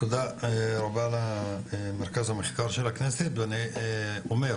תודה למרכז המחקר של הכנסת, ואני אומר,